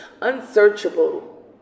unsearchable